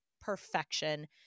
perfection